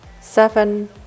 seven